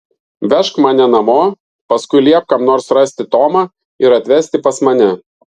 vežk mane namo paskui liepk kam nors rasti tomą ir atvesti pas mane